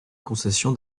concession